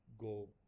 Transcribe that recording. go